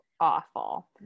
Awful